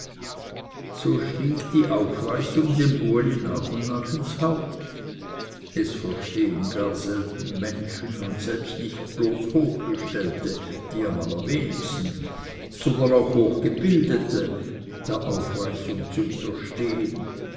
so stieg die aufweisung dem uli nach und nach ins haupt es verstehen gar selten menschen und selbst nicht bloß hochgestellte die am allerwenigsten sondern auch hochgebildete der aufweisung zu widerstehen